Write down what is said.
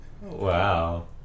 Wow